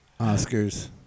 Oscars